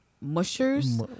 mushers